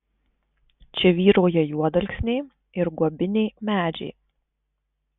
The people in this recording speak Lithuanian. čia vyrauja juodalksniai ir guobiniai medžiai